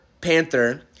Panther